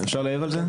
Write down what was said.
אפשר להעיר על זה?